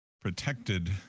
protected